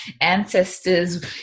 ancestors